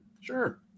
Sure